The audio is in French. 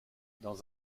dans